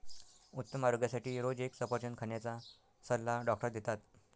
उत्तम आरोग्यासाठी रोज एक सफरचंद खाण्याचा सल्ला डॉक्टर देतात